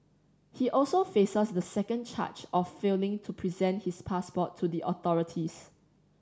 he also faces a second charge of failing to present his passport to the authorities